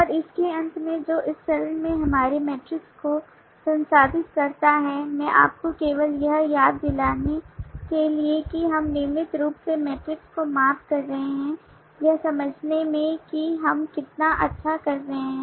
और इसके अंत में जो इस चरण में हमारे मैट्रिक्स को संसाधित करता है मैं आपको केवल यह याद दिलाने के लिए कि हम नियमित रूप से मैट्रिक्स को माप रहे हैं यह समझने में कि हम कितना अच्छा कर रहे हैं